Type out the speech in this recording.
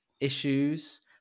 issues